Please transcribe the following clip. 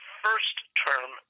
first-term